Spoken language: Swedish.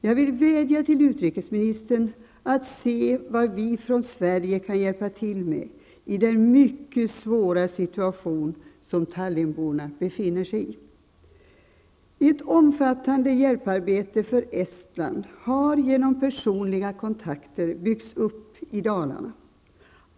Jag vill vädja till utrikesministern att se vad Sverige kan hjälpa till med i den mycket svåra situation som Tallinborna befinner sig i. Ett omfattande hjälparbete har genom personliga kontakter byggts upp i Dalarna.